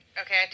okay